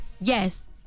Yes